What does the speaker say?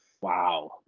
Wow